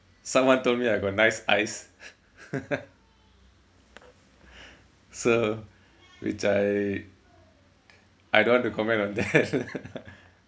someone told me I got a nice eyes so which I I don't want to comment on that